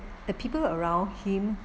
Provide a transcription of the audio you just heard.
the people around him